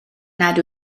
nad